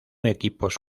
equipos